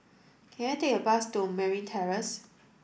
can I take a bus to Merryn Terrace